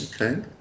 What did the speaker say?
okay